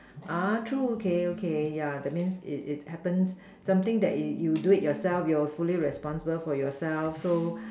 ah true okay okay yeah that means it it happens something that you you do it yourself you're fully responsible for yourself so